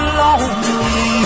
lonely